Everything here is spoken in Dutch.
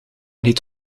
niet